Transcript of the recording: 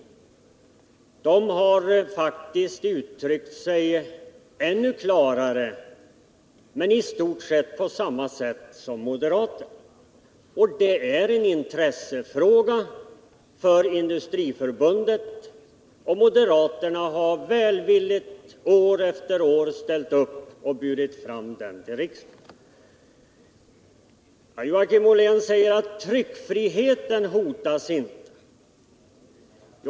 Förbundet har faktiskt uttryckt sig ännu klarare, men i stort sett på samma sätt som moderaterna. Det är en intressefråga för Industriförbundet, och moderaterna har välviligt år efter år ställt upp och burit fram den till riksdagen. Joakim Ollén säger att tryckfriheten inte hotas.